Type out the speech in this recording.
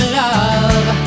love